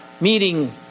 meeting